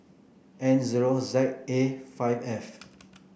N zero Z A five F